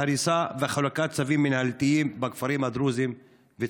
ההריסה וחלוקת צווים מינהליים וצווי הריסה בכפרים הדרוזיים.